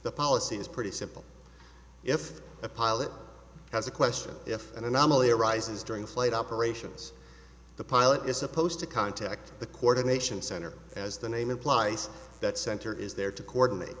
the policy is pretty simple if a pilot has a question if an anomaly arises during flight operations the pilot is supposed to contact the coordination center as the name implies that center is there to coordinate